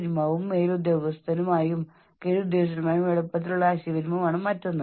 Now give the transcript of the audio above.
ഒരു സുഹൃത്ത് ഒരിക്കൽ എന്നോട് പറഞ്ഞു അവരുടെ ഓഫീസിൽ ഒരു ജീവനക്കാരനെ ശിക്ഷിക്കുന്നതിന് വളരെ ഫലപ്രദമായ ഒരു മാർഗ്ഗമുണ്ട്